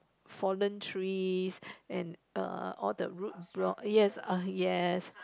fallen trees and err all the roadblock yes uh yes